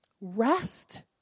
rest